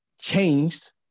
changed